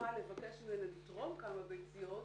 נוכל לבקש ממנה לתרום כמה ביציות,